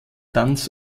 tanz